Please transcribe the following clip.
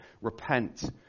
repent